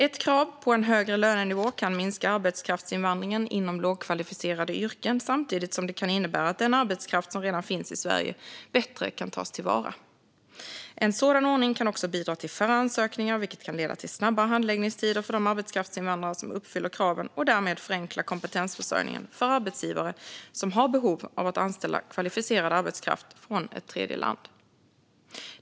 Ett krav på en högre lönenivå kan minska arbetskraftsinvandringen inom lågkvalificerade yrken samtidigt som det kan innebära att den arbetskraft som redan finns i Sverige bättre kan tas till vara. En sådan ordning kan också bidra till färre ansökningar, vilket kan leda till snabbare handläggningstider för de arbetskraftsinvandrare som uppfyller kraven och därmed förenkla kompetensförsörjningen för arbetsgivare som har behov av att anställa kvalificerad arbetskraft från ett tredjeland.